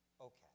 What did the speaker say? okay